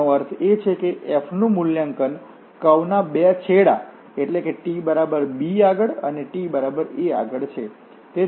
એનો અર્થ એ કે f નું મૂલ્યાંકન કર્વ ના બે છેડા એટ્લે કે t બરાબર b આગળ અને t બરાબર a આગળ છે